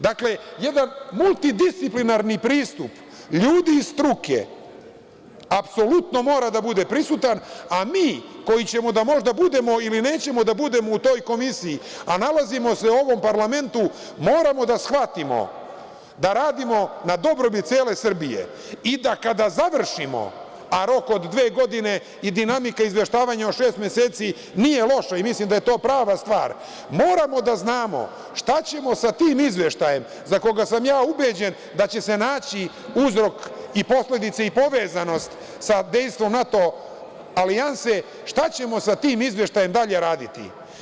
Dakle, jedan multidisciplinarni pristup ljudi iz struke, apsolutno mora da bude prisutan, a mi koji ćemo možda da budemo ili nećemo da budemo u toj komisiji, a nalazimo se u ovom parlamentu, moramo da shvatimo da radimo na dobrobit cele Srbije, i da kada završimo, a rok od dve godine i dinamika izveštavanja od šest meseci nije loša i mislim da je to prava stvar, moramo da znamo šta ćemo sa tim izveštajem, za koga sam ja ubeđen da će se naći uzrok, posledice i povezanost sa dejstvom NATO alijanse, šta ćemo sa tim izveštajem dalje raditi?